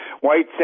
white